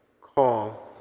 call